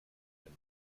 wenn